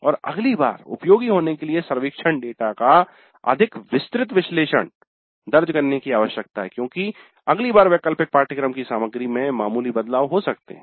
और अगली बार उपयोगी होने के लिए सर्वेक्षण डेटा का अधिक विस्तृत विश्लेषण दर्ज करने की आवश्यकता है क्योंकि अगली बार वैकल्पिक पाठ्यक्रम की सामग्री में मामूली बदलाव हो सकते हैं